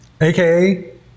AKA